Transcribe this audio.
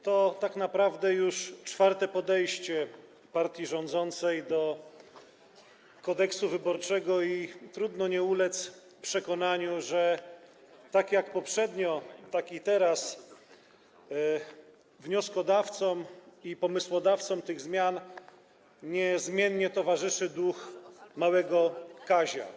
To tak naprawdę już czwarte podejście partii rządzącej do Kodeksu wyborczego i trudno nie ulec przekonaniu, że tak jak poprzednio również teraz wnioskodawcom i pomysłodawcom tych zmian niezmiennie towarzyszy duch małego Kazia.